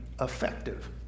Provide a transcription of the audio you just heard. effective